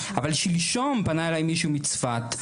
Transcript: אבל שלשום פנה אליי מישהו מצפת,